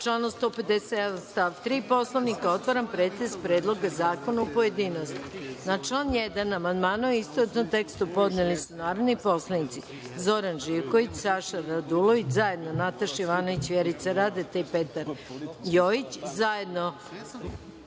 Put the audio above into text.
članu 157. stav 3. Poslovnika, otvaram pretres Predloga zakona u pojedinostima. Na član 1. amandmane u istovetnom tekstu podneli su narodni poslanici Zoran Živković, Saša Radulović, zajedno Nataša Jovanović, Vjerica Radeta i Petar Jojić, zajedno